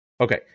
Okay